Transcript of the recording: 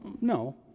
No